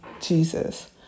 Jesus